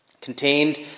contained